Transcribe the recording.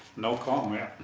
no comment.